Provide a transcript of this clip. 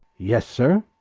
yes, sir.